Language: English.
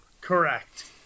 correct